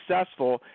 successful